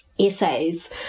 Essays